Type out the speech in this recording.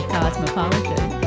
Cosmopolitan